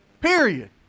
Period